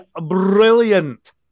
brilliant